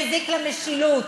מזיק למשילות.